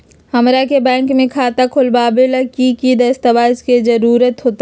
हमरा के बैंक में खाता खोलबाबे ला की की दस्तावेज के जरूरत होतई?